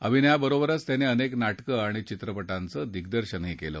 अभिनयाबरोबरच त्यांनी अनेक नाटक आणि चित्रपटांचं दिग्दर्शनही केलं